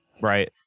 right